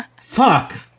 Fuck